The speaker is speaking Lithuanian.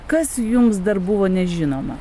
kas jums dar buvo nežinoma